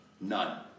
none